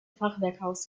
fachwerkhaus